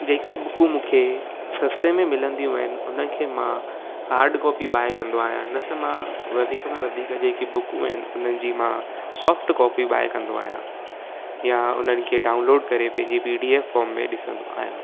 जेकी बुकूं मूंखे सस्ते में मिलंदियूं आहिनि उनखे मां हार्ड कॉपी बाए कंदो आहियां न त मां वधीक में वधीक जेकी बुकूं आहिनि उन्हनि जी मां सॉफ्ट कॉपी बाए कंदो आहियां या उन्हनि खे डाउनलोड करे पंहिंजी पी डी एफ फॉम में ॾिसंदो आहियां